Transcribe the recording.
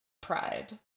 pride